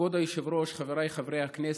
כבוד היושב-ראש, חבריי חברי הכנסת,